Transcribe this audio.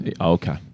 Okay